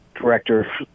director